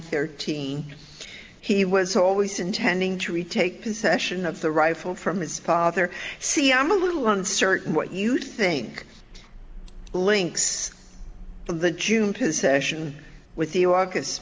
thirteen he was always intending to retake possession of the rifle from his father see i'm a little uncertain what you think links from the june possession with iraq